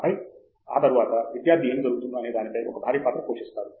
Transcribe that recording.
ఆపై ఆ తరువాత విద్యార్థి ఏమి జరుగుతుందో అనే దానిపై ఒక భారీ పాత్ర పోషిస్తాడు